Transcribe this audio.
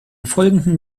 folgenden